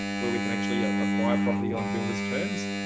where we can actually ah acquire property on builders terms.